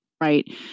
Right